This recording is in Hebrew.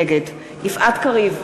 נגד יפעת קריב,